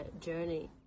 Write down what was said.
journey